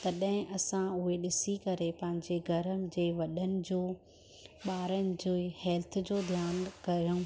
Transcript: तॾहिं असां उहे ॾिसी करे पंहिंजे घरनि जे वॾनि जो ॿारनि जो हैल्थ जो ध्यानु कयूं